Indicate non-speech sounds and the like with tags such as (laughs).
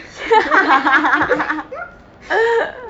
(laughs)